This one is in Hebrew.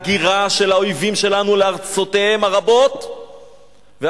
הגירה של האויבים שלנו לארצותיהם הרבות והכרזה